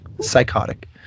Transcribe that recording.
psychotic